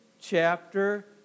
chapter